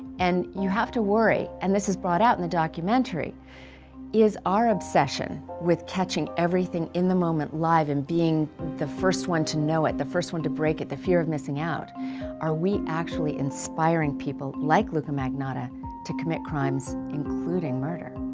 and you have to worry and this is brought out in the documentary is our obsession with catching everything in the moment live and being the first one to know it the first one to break it the fear of missing out are we actually inspiring people like luka magnotta to commit crimes including murder?